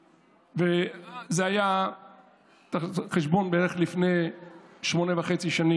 זה היה בערך לפני שמונה שנים וחצי.